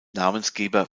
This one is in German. namensgeber